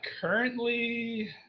Currently